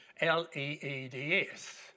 L-E-E-D-S